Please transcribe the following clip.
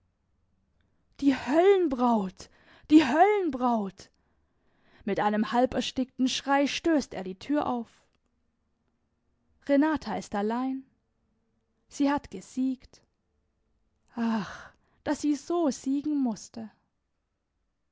die höllenbraut die höllenbraut mit einem halberstickten schrei stößt er die tür auf renata ist allein sie hat gesiegt ach daß sie so siegen mußte